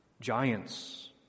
Giants